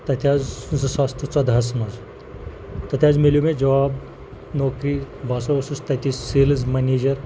تَتہِ حظ زٕ ساس تہٕ ژۄدہَس منٛز تَتہِ حظ مِلیو مےٚ جاب نوکری بہٕ ہَسا اوسُس تَتہِ سیلٕز مَنیجَر